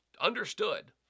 understood